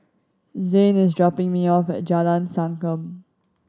zayne is dropping me off at Jalan Sankam